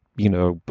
you know,